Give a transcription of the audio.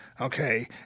okay